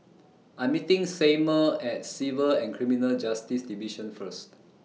I'm meeting Seymour At Civil and Criminal Justice Division First